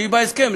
שהיא בהסכם,